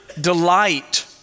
Delight